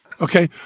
Okay